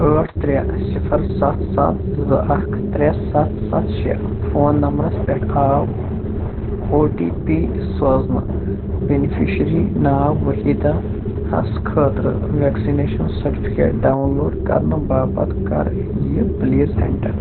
ٲٹھ ترٛےٚ صِفَر سَتھ سَتھ زٕ اَکھ ترٛےٚ سَتھ سَتھ شےٚ فون نمبرَس پٮ۪ٹھ آو او ٹی پی سوزنہٕ بیٚنِفِشری ناو وحیٖداہَس خٲطرٕ وٮ۪کسنیشَن سٔرٹِفکیٹ ڈاوُن لوڈ کرنہٕ باپتھ کر یہِ پٕلیز اٮ۪نٛٹَر